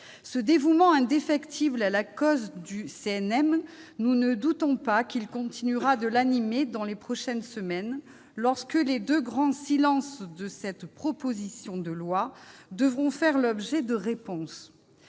ce dévouement indéfectible à la cause du CNM continuera de l'animer dans les prochaines semaines, lorsque les deux grands « silences » de cette proposition de loi devront faire l'objet de réponses.